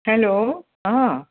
hello हां